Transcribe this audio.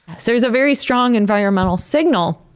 so there's a very strong environmental signal,